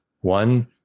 one